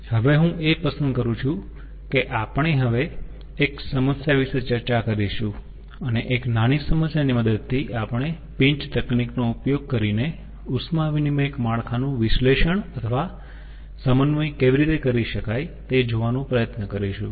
હવે હું એ પસંદ કરું છું કે આપણે હવે એક સમસ્યા વિશે ચર્ચા કરીશું અને એક નાની સમસ્યા ની મદદથી આપણે પિંચ તકનીક નો ઉપયોગ કરીને ઉષ્મા વિનીમયક માળખાનું વિશ્લેષણ અથવા સમન્વય કેવી રીતે કરી શકાય છે તે જોવાનો પ્રયત્ન કરીશું